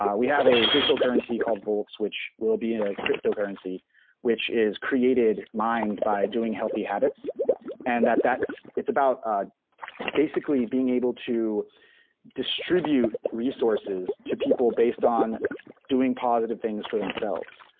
ah we have a digital currency called, volts, which will be a crypto currency which is created mind by doing healthy habits and that that's. it's about, ah basically being able to distribute resources to people based on doing positive things for themselves,